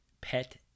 Pet